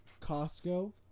Costco